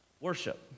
worship